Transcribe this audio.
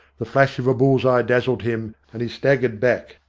the flash of a bull's-eye dazzled him, and he staggered back.